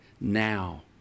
now